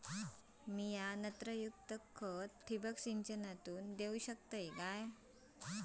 मी नत्रयुक्त खता ठिबक सिंचनातना देऊ शकतय काय?